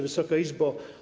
Wysoka Izbo!